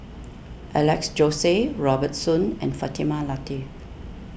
Alex Josey Robert Soon and Fatimah Lateef